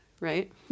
right